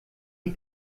die